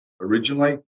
originally